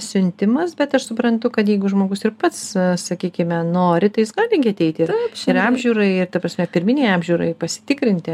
siuntimas bet aš suprantu kad jeigu žmogus ir pats sakykime nori tai jis gali gi ateiti ir apžiūrai ir ta prasme ir pirminei apžiūrai pasitikrinti